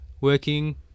working